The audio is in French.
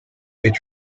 est